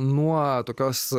nuo tokios